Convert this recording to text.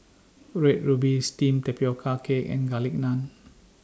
Red Ruby Steamed Tapioca Cake and Garlic Naan